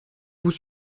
vous